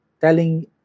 telling